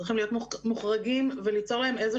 צריכים להיות מוחרגים וליצור להם איזו